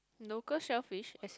local shellfish as